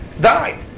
died